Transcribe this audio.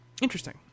Interesting